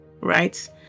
right